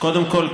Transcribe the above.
קודם כול,